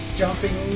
jumping